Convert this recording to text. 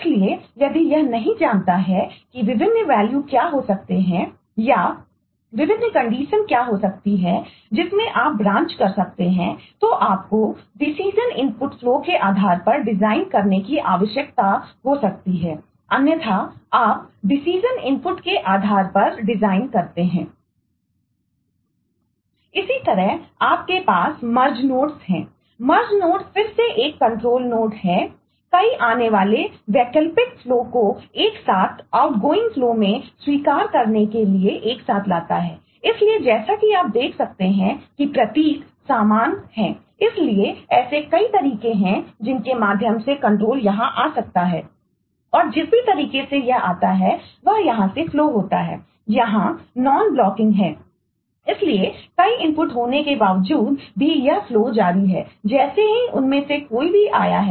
इसी तरह आपके पास मर्ज नोड्स जारी है जैसे ही उनमें से कोई भी आया है